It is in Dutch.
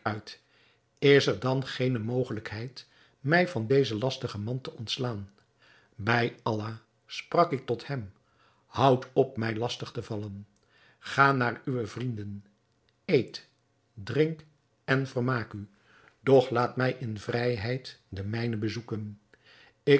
is er dan geene mogelijkheid mij van dezen lastigen man te ontslaan bij allah sprak ik tot hem houd op mij lastig te vallen ga naar uwe vrienden eet drink en vermaak u doch laat mij in vrijheid de mijnen bezoeken